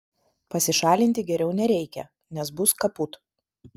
pasišalinti geriau nereikia nes bus kaput